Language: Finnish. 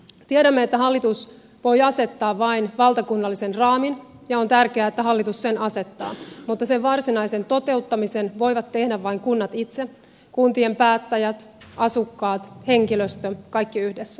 tiedämme että hallitus voi asettaa vain valtakunnallisen raamin ja on tärkeää että hallitus sen asettaa mutta sen varsinaisen toteuttamisen voivat tehdä vain kunnat itse kuntien päättäjät asukkaat henkilöstö kaikki yhdessä